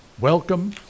Welcome